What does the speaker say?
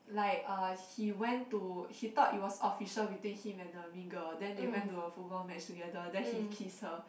like uh he went to he thought it was official between him and the mean girl then they went to a football match together then he kissed her